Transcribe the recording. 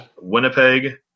Winnipeg